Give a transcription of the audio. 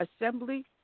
Assembly